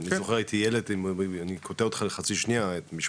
אני קוטע אותך לשנייה - אני זוכר כשהייתי